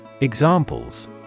Examples